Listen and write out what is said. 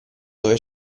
dove